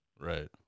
Right